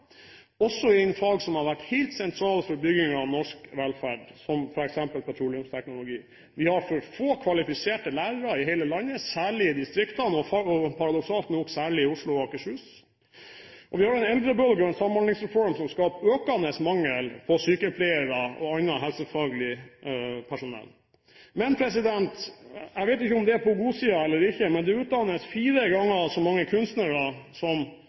også innen fag som har vært helt sentrale for bygging av norsk velferd, som f.eks. petroleumsteknologi. Vi har for få kvalifiserte lærere i hele landet, særlig i distriktene og, paradoksalt nok, i Oslo og Akershus, og vi har en eldrebølge og en samhandlingsreform som skaper økende mangel på sykepleiere og annet helsefaglig personell. Jeg vet ikke om det er på godsiden eller ikke, men det utdannes fire ganger så mange kunstnere som